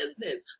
business